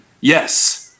yes